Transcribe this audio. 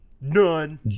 None